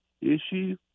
issue